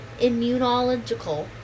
immunological